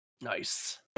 Nice